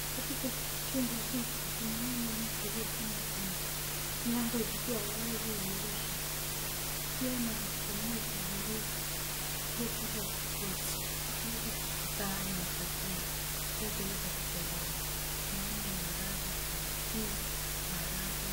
Katika chumba hiki tunaona mtu aliyesimama kando mlango zikiwa wazi dirisha, kukiwa na kwa meza nyeupe iliyopangwa vizuri ikaweza kuwekwa sahani ya chakula kinachoweza kupendeza. Tunaona maandazi, smokie , maharagwe.